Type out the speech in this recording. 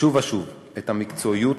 שוב ושוב את המקצועיות